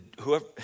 whoever